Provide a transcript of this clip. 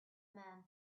man